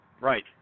Right